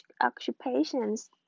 occupations